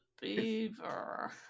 beaver